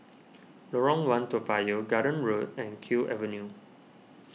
Lorong one Toa Payoh Garden Road and Kew Avenue